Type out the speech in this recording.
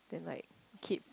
then like keep